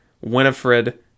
Winifred